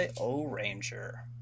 O-Ranger